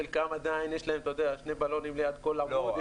לחלקם עדיין יש שני בלונים ליד כל עמוד,